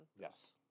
Yes